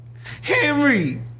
Henry